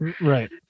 right